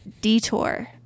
detour